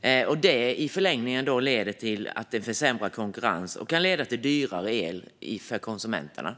Det leder i förlängningen till försämrad konkurrens och kan leda till dyrare el för konsumenterna.